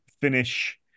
finish